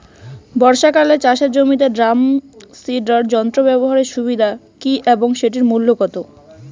বর্ষাকালে চাষের জমিতে ড্রাম সিডার যন্ত্র ব্যবহারের সুবিধা কী এবং সেটির মূল্য কত?